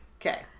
Okay